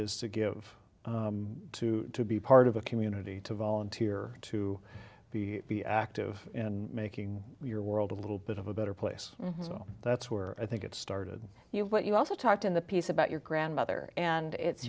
is to give to be part of a community to volunteer to be be active in making your world a little bit of a better place so that's where i think it started you but you also talked in the piece about your grandmother and it's